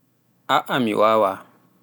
aa mi waawa